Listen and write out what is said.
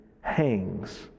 hangs